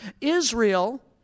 Israel